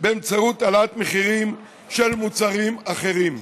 באמצעות העלאת מחירים של מוצרים אחרים.